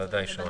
ודאי.